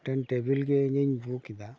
ᱢᱤᱫᱴᱮᱱ ᱴᱮᱵᱤᱞ ᱜᱮ ᱤᱧᱤᱧ ᱵᱩᱠ ᱮᱫᱟ